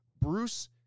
Bruce